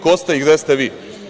Ko, ste i gde ste vi?